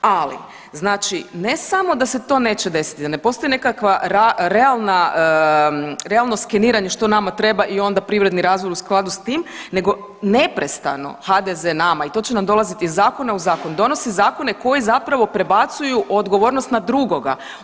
Ali znači ne samo da se to neće desiti, da ne postoji nekakva realna, realno skeniranje što nama treba i onda privredni razvoj u skladu s tim nego neprestano HDZ nama i to će nam dolaziti iz zakona u zakon donosi zakone koji zapravo prebacuju odgovornost na drugoga.